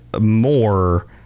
more